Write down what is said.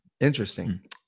Interesting